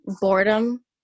boredom